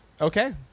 Okay